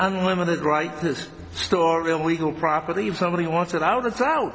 unlimited write this story a legal property if somebody wants it out of south